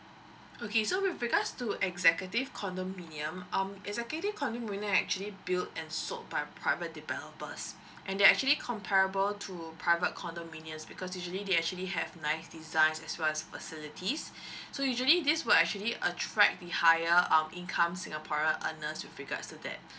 okay so with regards to executive condominium um executive condominium are actually build and sold by private developers and they're actually comparable to private condominiums because usually they actually have nice designs as well as facilities so usually this will actually attract the higher um income singaporean earners with regards to that